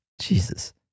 Jesus